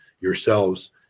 yourselves